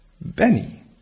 Benny